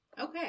Okay